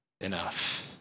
enough